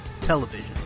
television